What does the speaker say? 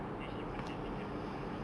then he was sending the pizza